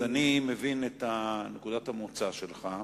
אני מבין את נקודת המוצא שלך,